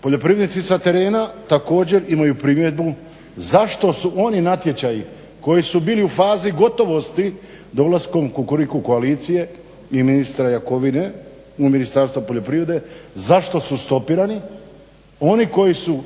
poljoprivrednici sa terena također imaju primjedbu zašto su oni natječaji koji su bili u fazi gotovosti dolaskom kukuriku koalicije i ministra Jakovine u Ministarstvo poljoprivrede zašto su stopirani? Oni koji su